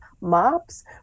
mops